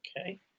Okay